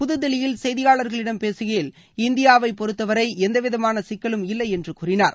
புதுதில்லியில் செய்தியாளர்களிடம் பேககையில் இந்தியாவை பொறுத்தவரை எந்தவிதமான சிக்கலும் இல்லை என்று கூறினார்